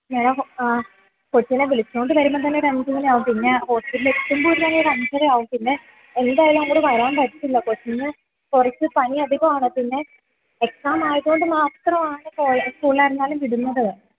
madam കൊച്ചിനെ വിളിച്ചു കൊണ്ടു വരുമ്പോൾ തന്നെ ഒരു അഞ്ചു മണി ആകും പിന്നേ ഹോസ്പിറ്റലിൽ എത്തുമ്പോൾ തന്നെ ഒര അഞ്ചര ആകും പിന്നെ എന്തായാലും അങ്ങോട്ട് വരാൻ പറ്റില്ല കൊച്ചിന് കുറച്ച് പനി അധികമാണ് പിന്നെ എക്സാം ആയതു കൊണ്ടു മാത്രമാണ് സ്കൂളിലായിരുന്നാലും വിടുന്നത്